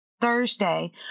Thursday